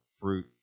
fruit